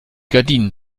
gardinen